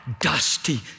dusty